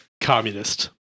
communist